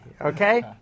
Okay